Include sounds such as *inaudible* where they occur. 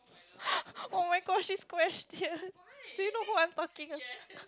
*laughs* oh-my-gosh this question do you know who I'm talking